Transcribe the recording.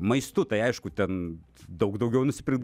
maistu tai aišku ten daug daugiau nusipirkt